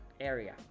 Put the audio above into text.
area